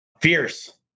fierce